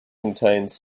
contains